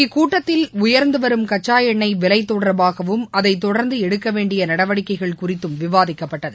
இக்கூட்டதத்தில் உயர்ந்து வரும் கச்சா எண்ணெய் விலை தொடர்பாகவும் அதை தொடர்ந்து எடுக்கவேண்டிய நடவடிக்கைகள் குறித்தும் விவாதிக்கப்பட்டது